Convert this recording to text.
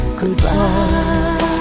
goodbye